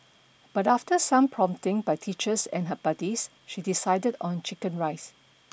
but after some prompting by teachers and her buddies she decided on chicken rice